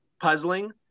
puzzling